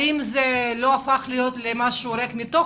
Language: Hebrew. האם זה לא הפך להיות משהו ריק מתוכן?